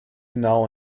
now